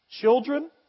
Children